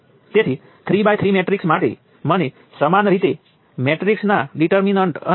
તેથી તે કહે છે કે V1 V2kVx જે પોતે એક અજ્ઞાત છે